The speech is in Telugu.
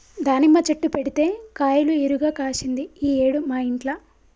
దానిమ్మ చెట్టు పెడితే కాయలు ఇరుగ కాశింది ఈ ఏడు మా ఇంట్ల